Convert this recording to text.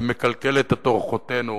ומקלקלת את אורחותינו